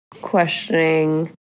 questioning